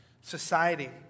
society